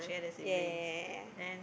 yea yea yea yea yea